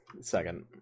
Second